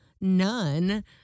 none